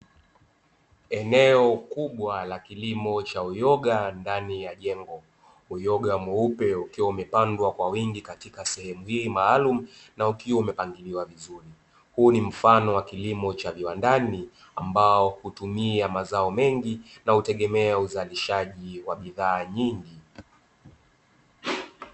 Eneo kubwa la kilimo cha uyoga ndani ya jengo uyoga mweupe ukiwa umepandwa kwa wingi katika sehemu hii maalumu na ukiwa umepangiliwa vizuri. Huu ni mfano wa kilimo cha viwandani ambao hutumia mazao mengi na hutegemea uzalishaji wa bidhaa nyingi.